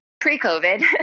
pre-COVID